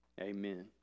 Amen